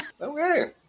Okay